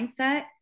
mindset